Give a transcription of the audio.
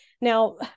Now